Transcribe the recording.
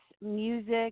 Music